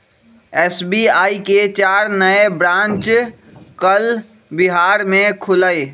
SBI के चार नए ब्रांच कल बिहार में खुलय